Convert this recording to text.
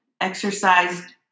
exercise